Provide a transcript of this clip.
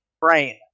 brain